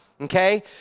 okay